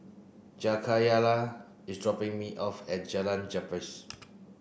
Jakayla is dropping me off at Jalan Gapis